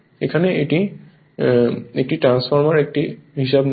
এখানে এটি একটি ট্রান্সফরমার একটি হিসাবে মনে